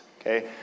okay